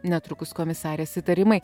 netrukus komisarės įtarimai